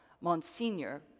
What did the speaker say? Monsignor